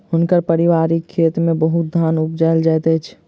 हुनकर पारिवारिक खेत में बहुत धान उपजायल जाइत अछि